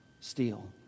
Steal